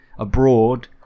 abroad